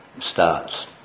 starts